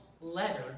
letter